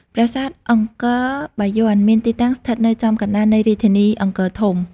ប្រាសាទអង្គរបាយ័នមានទីតាំងស្ថិតនៅចំកណ្តាលនៃរាជធានីអង្គរធំ។